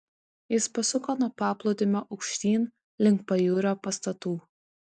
jis pasuko nuo paplūdimio aukštyn link pajūrio pastatų